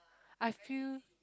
I feel